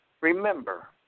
Remember